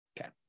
Okay